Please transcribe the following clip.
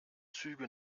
züge